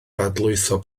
dadlwytho